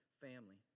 family